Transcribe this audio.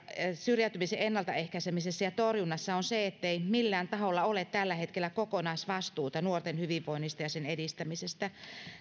syrjäytymisen ennaltaehkäisemisessä ja torjunnassa on se ettei millään taholla ole tällä hetkellä kokonaisvastuuta nuorten hyvinvoinnista ja sen edistämisestä